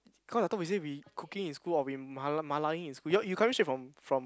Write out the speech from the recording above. cause I thought we say we cooking in school or we ma~ malaing in school you you coming straight from from